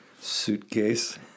suitcase